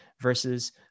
versus